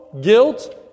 guilt